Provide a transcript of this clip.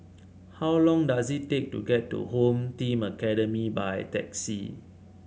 how long does it take to get to Home Team Academy by taxi